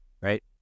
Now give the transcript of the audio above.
right